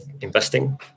investing